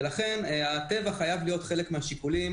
ולכן הטבע חייב להיות חלק מהשיקולים